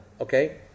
okay